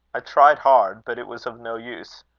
i tried hard but it was of no use.